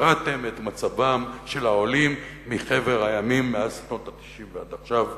הרעתם את מצבם של העולים מחבר העמים מאז שנות ה-90 ועד עכשיו,